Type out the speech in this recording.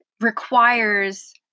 requires